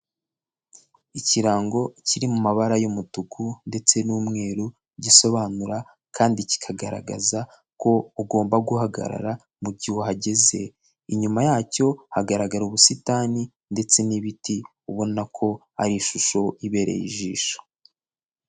Ikirango kiri mu mabara y'umutuku ndetse n'umweru gisobanura kandi kikagaragaza ko ugomba guhagarara mu gihe uhageze, inyuma yacyo hagaragara ubusitani ndetse n'ibiti ubona ko ari ishusho ibereye ijisho.